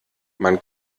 man